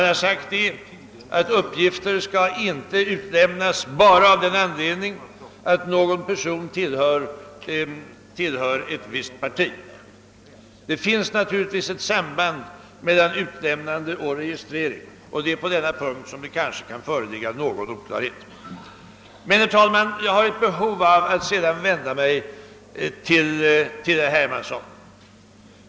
Vi har sagt att uppgifter skall regelmässigt inte utlämnas endast av den anledningen, att en person tillhör ett ytterlighetsparti. Det finns naturligtvis ett samband mellan utlämnande och registrering, och det är på denna punkt som det kan föreligga någon oklarhet. Men, herr talman, jag har ett behov av att sedan vända mig till herr Hermansson.